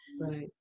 Right